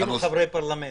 אפילו חברי פרלמנט.